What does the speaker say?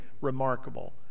remarkable